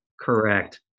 Correct